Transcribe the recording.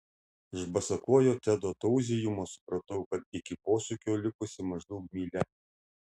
iš basakojo tedo tauzijimo supratau kad iki posūkio likusi maždaug mylia